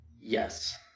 Yes